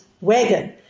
wagon